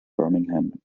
birmingham